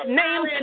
name